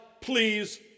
please